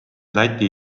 läti